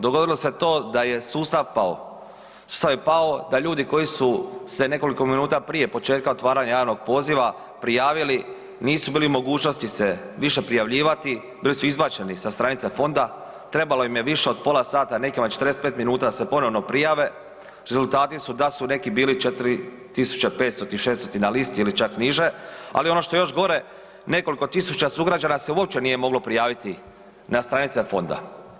Dogodilo se to da je sustav pao, sustav je pao da ljudi koji su se nekoliko minuta prije početka otvaranja javnog poziva prijavili, nisu bili u mogućnosti se više prijavljivati, bili su izbačeni sa stranica fonda, trebalo im je više od pola sata, nekima i 45 minuta da se ponovno prijave, rezultati su da su neki bili 4500. ili 600.-ti na listi ili čak niže ali no što je još gore, nekoliko tisuća sugrađana se uopće nije moglo prijaviti na stranice fonda.